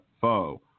foe